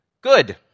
Good